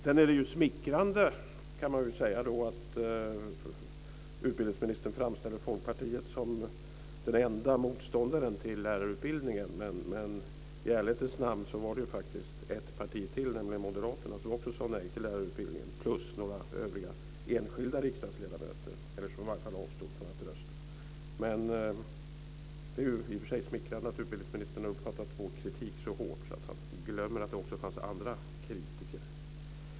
Sedan är det smickrande att utbildningsministern framställer Folkpartiet som den enda motståndaren till lärarutbildningen. I ärlighetens namn var det faktiskt ett parti till, nämligen Moderaterna, plus några övriga enskilda riksdagsledamöter, som också sade nej till lärarutbildningen, eller i alla fall avstod från att rösta. Men det är smickrande att utbildningsministern har uppfattat vår kritik så hårt att han glömmer att det också fanns andra kritiker.